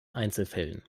einzelfällen